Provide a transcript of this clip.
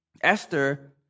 Esther